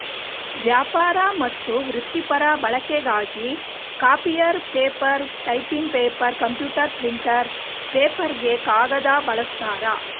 ವ್ಯಾಪಾರ ಮತ್ತು ವೃತ್ತಿಪರ ಬಳಕೆಗಾಗಿ copier paper typing paper computer printer ಪೇಪರ್ಗೆ ಕಾಗದ ಬಳಸ್ತಾರೆ